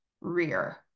rear